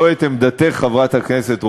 לא את עמדתך, חברת הכנסת רוזין.